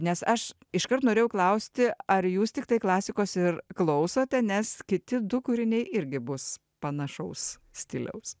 nes aš iškart norėjau klausti ar jūs tiktai klasikos ir klausote nes kiti du kūriniai irgi bus panašaus stiliaus